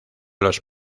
los